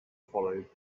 followed